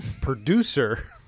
producer